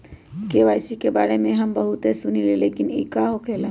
KYC के बारे में हम बहुत सुनीले लेकिन इ का होखेला?